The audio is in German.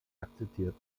akzeptiert